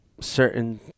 certain